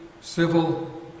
civil